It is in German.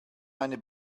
eine